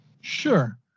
Sure